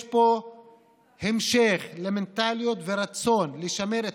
יש פה המשך של מנטליות ורצון לשמר את